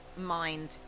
mind